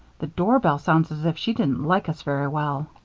the doorbell sounds as if she didn't like us very well.